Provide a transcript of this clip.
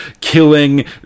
killing